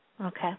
Okay